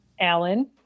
Alan